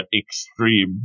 extreme